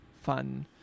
fun